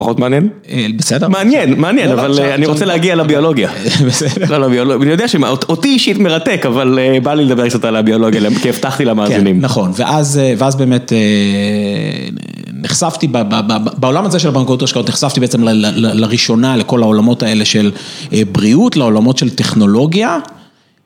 פחות מעניין? בסדר. מעניין, מעניין, אבל אני רוצה להגיע לביולוגיה. בסדר. אני יודע שאותי אישית מרתק, אבל בא לי לדבר קצת על הביולוגיה, כי הבטחתי למאזינים. כן, נכון. ואז באמת נחשפתי בעולם הזה של הבנקות השקעות, נחשפתי בעצם לראשונה לכל העולמות האלה של בריאות, לעולמות של טכנולוגיה.